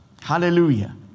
Hallelujah